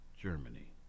Germany